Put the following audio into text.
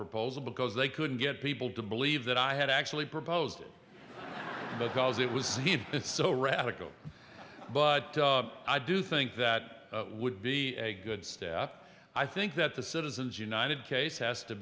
proposal because they couldn't get people to believe that i had actually proposed because it was so radical but i do think that would be a good step i think that the citizens united case has to